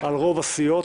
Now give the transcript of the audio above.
על רוב הסיעות,